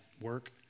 work